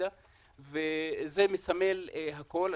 זה מסמל הכל.